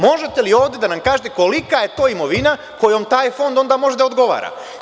Možete li ovde da nam kažete kolika je to imovina kojom taj Fond onda može da odgovara?